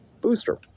booster